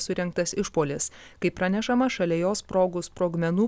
surengtas išpuolis kaip pranešama šalia jo sprogus sprogmenų